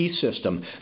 system